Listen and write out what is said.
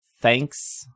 thanks